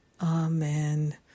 Amen